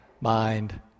mind